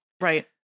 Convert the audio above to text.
Right